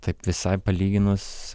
taip visai palyginus